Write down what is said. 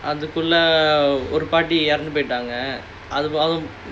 அதுக்குள்ள ஒரு பாட்டி இறந்த போய்ட்டாங்க:adhukulla oru paati iranthu poittaanga